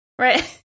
right